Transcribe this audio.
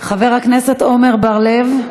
חבר הכנסת עמר בר-לב,